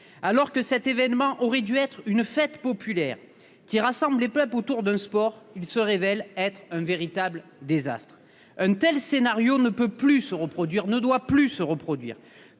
Alors que cet événement aurait dû être une fête populaire qui rassemble les peuples autour d'un sport, il se révèle un véritable désastre. Un tel scénario ne peut plus, ne doit plus se reproduire,